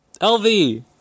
LV